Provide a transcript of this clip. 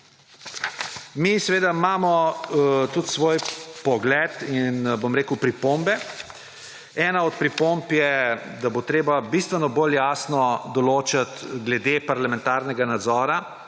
Mi seveda imamo tudi svoj pogled in pripombe. Ena od pripomb je, da bo treba bistveno bolj jasno določiti glede parlamentarnega nadzora,